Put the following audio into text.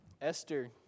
Esther